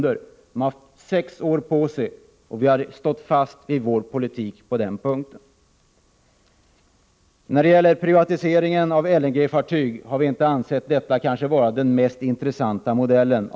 Företaget har haft sex år på sig, och vi har stått fast vid vår politik i det här avseendet. I frågan om LNG-fartygen har vi av förklarliga skäl inte ansett privatisering vara den mest intressanta modellen.